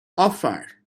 offer